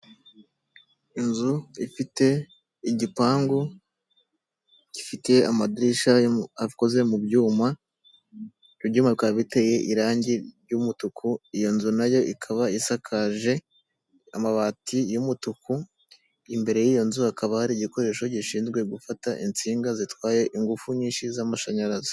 Inzu ifite igipangu gifite amadirishya akoze mu byuma, Ibyumaka bikaba biteye irangi ry'umutuku. Iyo nzu nayo ikaba isakaje amabati y'umutuku, imbere y'iyo nzu hakaba hari igikoresho gishinzwe gufata insinga zitwaye ingufu nyinshi z'amashanyarazi.